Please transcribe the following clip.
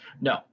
No